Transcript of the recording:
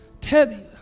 Tebby